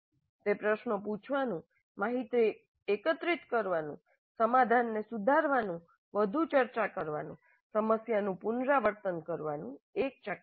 તે પ્રશ્નો પૂછવાનું માહિતી એકત્રિત કરવાનું સમાધાનને સુધારવાનું વધુ ચર્ચા કરવા સમસ્યાનું પુનરાવર્તન કરવાનું એક ચક્ર છે